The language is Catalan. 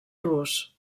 rus